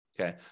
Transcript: Okay